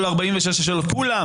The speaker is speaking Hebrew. כולם.